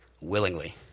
willingly